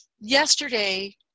yesterday